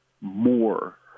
more